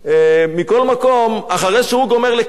אחרי שהוא גומר לקלל באריכות מרובה,